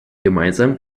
gemeinsam